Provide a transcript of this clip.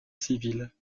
civile